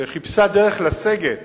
שחיפשה דרך לסגת